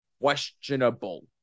questionable